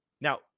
Now